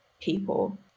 people